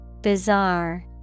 Bizarre